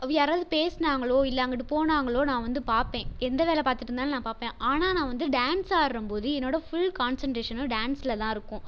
அப்படி யாராவது பேசுனாங்களோ இல்லை அங்கேட்டு போனாங்களோ நான் வந்து பார்ப்பேன் எந்த வேலை பார்த்துட்டு இருந்தாலும் நான் பார்ப்பேன் ஆனால் நான் வந்து டான்ஸ் ஆடுற போது என்னோடய ஃபுல் கான்சென்ட்ரேஷனும் டான்ஸில் தான் இருக்கும்